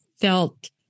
felt